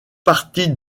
partie